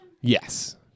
yes